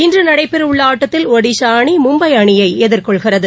இன்று நடைபெறவுள்ள ஆட்டத்தில் ஒடிஸா அணி மும்பை அணியை எதிர்கொள்கிறது